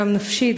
גם נפשית,